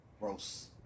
Gross